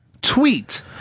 tweet